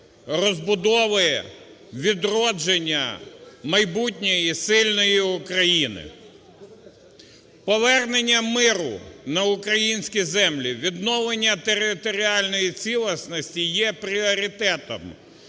розбудови, відродження майбутньої сильної України. Повернення миру на українські землі, відновлення територіальної цілісності є пріоритетом